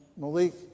Malik